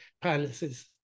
palaces